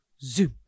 zoom